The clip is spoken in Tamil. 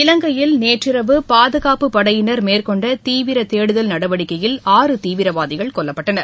இலங்கையில் நேற்றிரவு பாதுகாப்பு படையினர் மேற்கொண்டதீவிரதேடுதல் நடவடிக்கையில் ஆறு தீவிரவாதிகள் கொல்லப்பட்டனர்